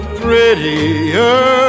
prettier